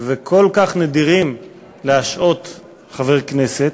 וכל כך נדירים להשעות חבר כנסת.